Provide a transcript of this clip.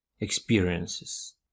experiences